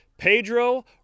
Pedro